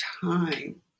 time